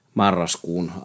marraskuun